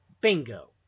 bingo